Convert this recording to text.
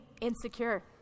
insecure